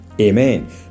Amen